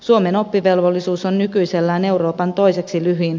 suomen oppivelvollisuus on nykyisellään euroopan toiseksi lyhin